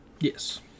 Yes